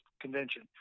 convention